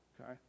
Okay